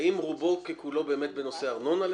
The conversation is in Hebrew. האם רובו ככולו באמת בנושא הארנונה?